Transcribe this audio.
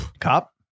Cop